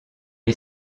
est